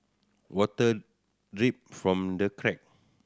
water drip from the crack